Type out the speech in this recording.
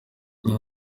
aba